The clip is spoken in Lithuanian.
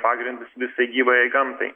pagrindus visai gyvajai gamtai